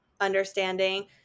understanding